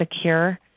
secure